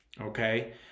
okay